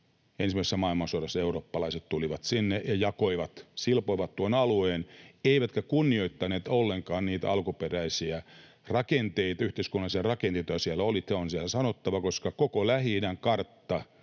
ensimmäisessä maailmansodassa eurooppalaiset tulivat sinne ja jakoivat, silpoivat, tuon alueen eivätkä kunnioittaneet ollenkaan niitä alkuperäisiä yhteiskunnallisia rakenteita, joita siellä oli. Tämä on sanottava, koska koko Lähi-idän kartta,